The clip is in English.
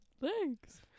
Thanks